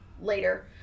later